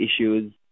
issues